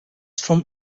from